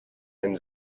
end